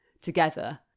together